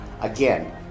Again